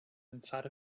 inside